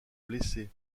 blessés